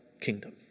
kingdom